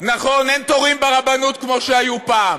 נכון, אין תורים ברבנות כמו שהיו פעם.